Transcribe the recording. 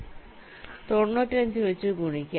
95 വച്ച ഗുണിക്കുക